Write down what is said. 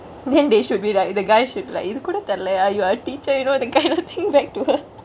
then they should be like the guy should like இதுகோட தெர்லையா: ithukode terlaiyaa you are teacher you know that kind of thingk back to her